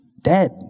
dead